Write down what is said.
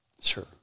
Sure